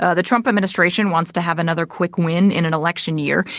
ah the trump administration wants to have another quick win in an election year.